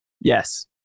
Yes